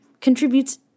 contributes